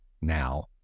now